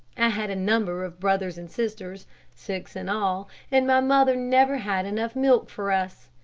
i had a number of brothers and sisters six in all and my mother never had enough milk for us.